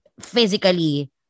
physically